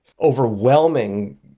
overwhelming